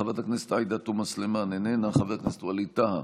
חבר הכנסת אוריאל בוסו,